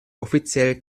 offiziell